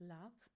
love